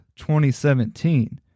2017